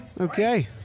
Okay